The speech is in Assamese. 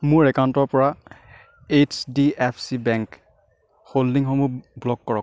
মোৰ একাউণ্টৰপৰা H D F C bank হ'ল্ডিংসমূহ ব্লক কৰক